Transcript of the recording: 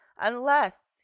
Unless